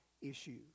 issue